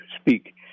speak